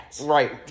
Right